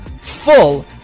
full